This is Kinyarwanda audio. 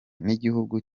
n’igihugu